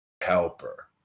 helper